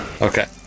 Okay